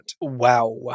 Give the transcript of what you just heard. Wow